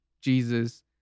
Jesus